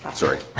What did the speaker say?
ah sorry,